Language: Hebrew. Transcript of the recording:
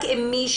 רק אם מי